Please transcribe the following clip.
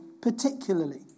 particularly